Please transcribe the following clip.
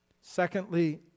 Secondly